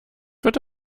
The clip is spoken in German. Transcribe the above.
wird